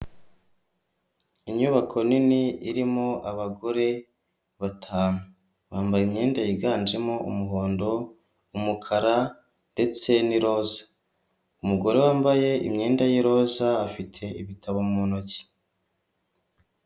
Inyubako nini irimo abagore batanu, bambaye imyenda yiganjemo umuhondo umukara ndetse n'iroza umugore wambaye imyenda y'iroza afite ibitabo mu ntoki.